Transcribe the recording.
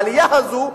העלייה הזו,